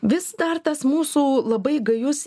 vis dar tas mūsų labai gajus